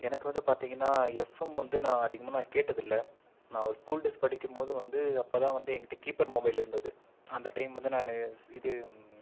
எனக்கு வந்து பார்த்தீங்கன்னா எஃப்எம் வந்து நான் அதிகமாக கேட்டதில்லை நான் ஒரு ஸ்கூல் டேஸ் படிக்கும்போது வந்து அப்போதான் வந்து எங்கிட்ட கீ பேட் மொபைல் இருந்தது அந்த டைம் வந்து நான் இது